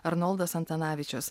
arnoldas antanavičius